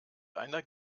einer